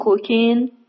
cooking